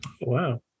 wow